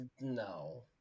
no